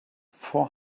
four